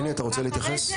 בני, אתה רוצה להתייחס?